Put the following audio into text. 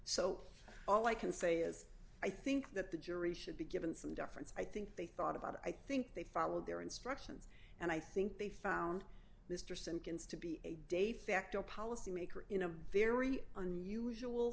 so all i can say is i think that the jury should be given some deference i think they thought about it i think they followed their instructions and i think they found mr simkins to be a de facto policy maker in a very unusual